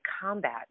combat